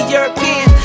European